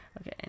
Okay